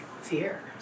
Fear